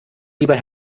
lieber